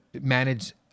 manage